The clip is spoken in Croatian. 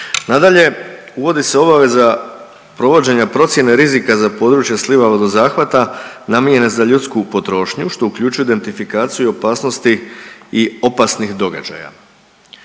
Nadalje, uvodi se obaveza provođenja procijene rizika za područje slivova zahvata namijenjene za ljudsku potrošnju, što uključuje identifikaciju opasnosti i opasnih događaja.